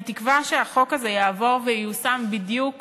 אני תקווה שהחוק הזה יעבור וייושם בדיוק